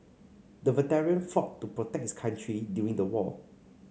the veteran fought to protect his country during the war